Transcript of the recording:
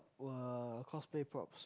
were cosplay props